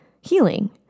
healing